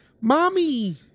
Mommy